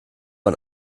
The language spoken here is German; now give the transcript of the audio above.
man